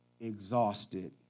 exhausted